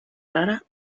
rara